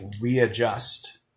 readjust